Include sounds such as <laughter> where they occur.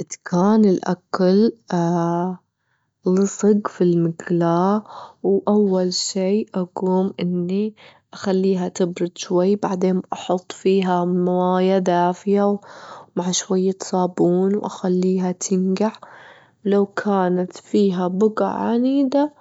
إذ كان الأكل <hesitation> لصق في المقلاة، وأول شي أقوم إني أخليها تبرد شوي، بعدين أحط فيها موية دافية مع شوية صابون، وأخليها تنجع، لو كانت فيها بجع عنيدة